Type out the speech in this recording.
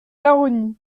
baronnies